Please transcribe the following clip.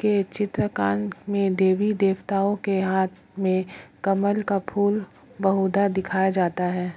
के चित्रांकन में देवी देवताओं के हाथ में कमल का फूल बहुधा दिखाया जाता है